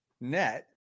net